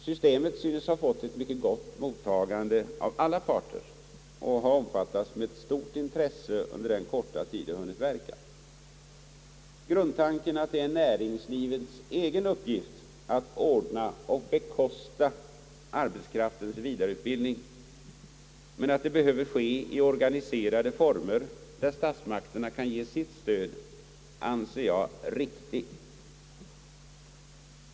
Systemet synes ha fått ett mycket gott mottagande av alla parter och har omfattats med stort intresse under den korta tid det hunnit verka. Grundtanken, att det är näringslivets egen uppgift att ordna och bekosta arbetskraftens vidare utbildning, men att det behöver ske i organiserade former där statsmakterna kan ge sitt stöd, anser jag riktig.